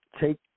take